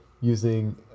using